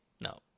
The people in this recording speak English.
no